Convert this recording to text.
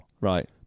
Right